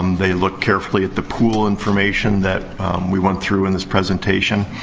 um they look carefully at the pool information that we went through in this presentation.